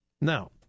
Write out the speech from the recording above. Now